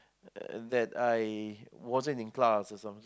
and that I wasn't in class or something